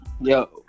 yo